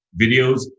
videos